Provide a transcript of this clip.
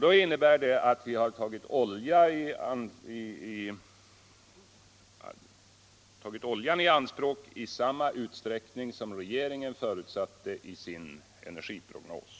Det innebär att vi har tagit oljan i anspråk i samma utsträckning som regeringen förutsatte i sin energiprognos.